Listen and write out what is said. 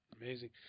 Amazing